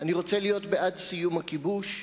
אני רוצה להיות בעד סיום הכיבוש,